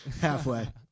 Halfway